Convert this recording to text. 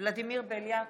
ולדימיר בליאק,